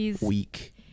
week